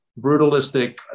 brutalistic